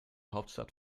hauptstadt